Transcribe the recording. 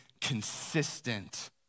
consistent